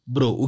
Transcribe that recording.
Bro